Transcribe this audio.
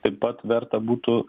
taip pat verta būtų